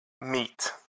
meat